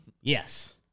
Yes